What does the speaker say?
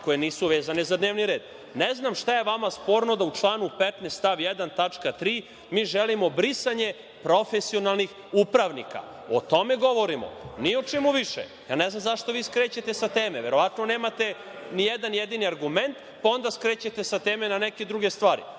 koje nisu vezane za dnevni red. Ne znam šta je vama sporno da u članu 15. stav 1. tačka 3) mi želimo brisanje profesionalnih upravnika. O tome govorimo. Ni o čemu više. Ne znam zašto vi skrećete sa teme? Verovatno nemate nijedan jedini argument, pa onda skrećete sa teme na neke druge stvari.